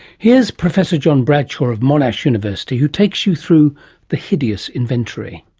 here's professor john bradshaw of monash university, who takes you through the hideous inventory.